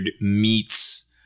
meets